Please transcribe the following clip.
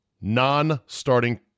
non-starting